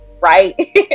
right